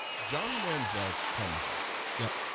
johnny mansell comes and yet